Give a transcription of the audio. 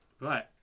Right